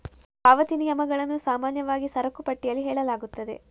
ಪಾವತಿ ನಿಯಮಗಳನ್ನು ಸಾಮಾನ್ಯವಾಗಿ ಸರಕು ಪಟ್ಟಿಯಲ್ಲಿ ಹೇಳಲಾಗುತ್ತದೆ